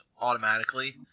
automatically